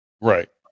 Right